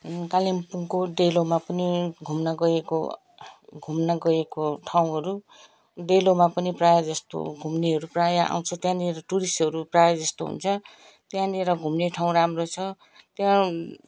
कालिम्पोङको डेलोमा पनि घुम्न गएको घुम्न गएको ठाउँहरू डेलोमा पनि प्रायःजस्तो घुम्नेहरू प्रायः आउँछ त्यहाँनिर टुरिस्टहरू प्रायःजस्तो हुन्छ त्यहाँनिर घुम्ने ठाउँ राम्रो छ त्यहाँ